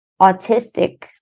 autistic